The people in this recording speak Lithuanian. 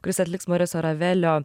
kuris atliks moriso ravelio